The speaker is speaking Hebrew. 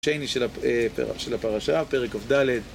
השני של הפרשה, פרק כד